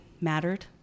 mattered